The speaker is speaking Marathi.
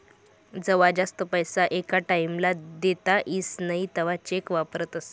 जवा जास्त पैसा एका टाईम ला देता येस नई तवा चेक वापरतस